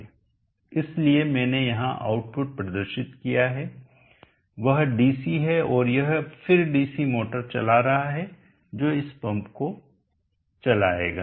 इसलिए मैंने यहां आउटपुट प्रदर्शित किया है वह डीसी है और यह फिर डीसी मोटर चला रहा है जो इस पंप को चलाएगा